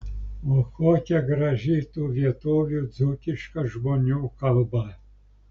o kokia graži tų vietovių dzūkiška žmonių kalba